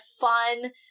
fun